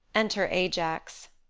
enter ajax